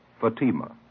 Fatima